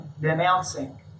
denouncing